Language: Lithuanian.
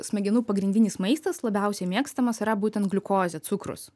smegenų pagrindinis maistas labiausiai mėgstamas yra būtent gliukozė cukrus